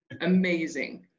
amazing